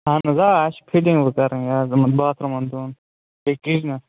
اَہَن حظ آ اَسہِ چھِ فِٹِنٛگ وۅنۍ کَرٕنۍ آ یِمن باتھ روٗمن دۄن بیٚیہِ کِچنس